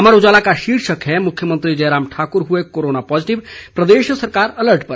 अमर उजाला का शीर्षक है मुख्यमंत्री जयराम ठाकुर हुए कोरोना पॉजिटिव प्रदेश सरकार अलर्ट पर